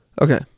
Okay